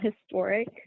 historic